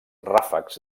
ràfecs